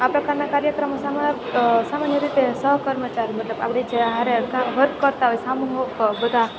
આ પ્રકારના કાર્યક્રમો સામે સામાન્ય રીતે સહ કર્મચારી મતલબ આપણી જે હારે વર્ક કરતાં હોય સામુહિક બધા